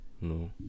No